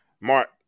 Mark